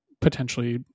potentially